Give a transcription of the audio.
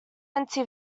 anti